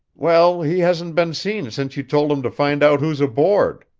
well, he hasn't been seen since you told him to find out who's aboard.